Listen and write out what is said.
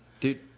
Dude